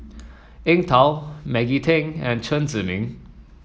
Eng Tow Maggie Teng and Chen Zhiming